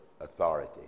authority